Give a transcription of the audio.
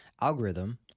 algorithm